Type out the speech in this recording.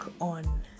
on